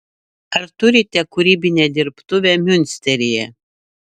ar turite kūrybinę dirbtuvę miunsteryje